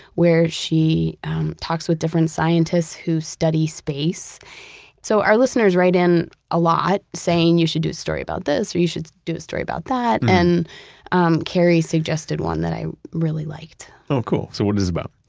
where she talks with different scientists who study space so, our listeners write in a lot saying, you should do a story about this or you should do a story about that. and um carrie suggested one that i really liked oh cool. so what is it about?